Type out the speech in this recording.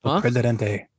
Presidente